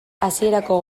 hasierako